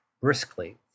briskly